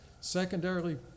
secondarily